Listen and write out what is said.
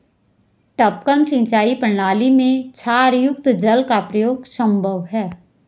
टपकन सिंचाई प्रणाली में क्षारयुक्त जल का प्रयोग संभव है